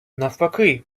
навпаки